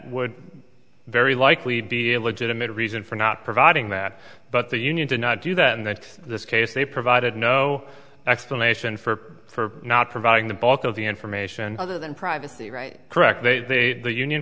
would very likely be able to get a made a reason for not providing that but the union did not do that and then this case they provided no explanation for for not providing the bulk of the information other than privacy right correct they the union